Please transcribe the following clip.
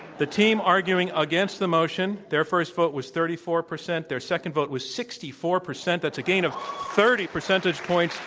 the team arguing against the motion, their first vote was thirty four percent. their second vote was sixty four percent. that's a gain of thirty percentage points.